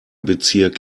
bezirk